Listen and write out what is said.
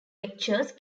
lectures